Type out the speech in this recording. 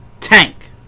tank